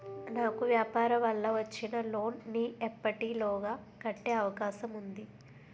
నాకు వ్యాపార వల్ల వచ్చిన లోన్ నీ ఎప్పటిలోగా కట్టే అవకాశం ఉంది?